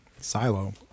Silo